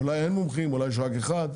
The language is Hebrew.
אולי אין מומחים אולי יש רק אחד,